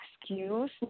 excuse